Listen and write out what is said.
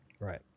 Right